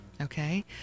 okay